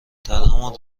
درهمان